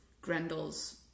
Grendel's